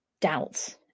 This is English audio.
doubts